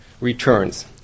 returns